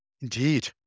Indeed